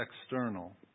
external